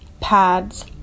pads